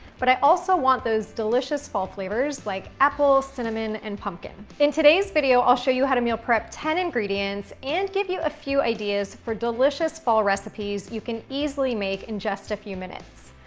but i also want those delicious fall flavors, like apple, cinnamon, and pumpkin. in today's video, i'll show you how to meal prep ten ingredients and give you a few ideas for delicious fall recipes you can easily make in just a few minutes.